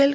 L